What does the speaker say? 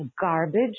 garbage